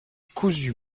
cousu